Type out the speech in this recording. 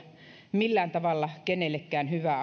millään tavalla kenellekään hyvä